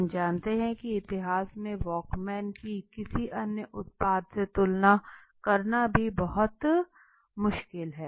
हम जानते हैं कि इतिहास में वॉकमेन की किसी अन्य उत्पाद से तुलना करना भी बहुत मुश्किल है